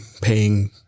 paying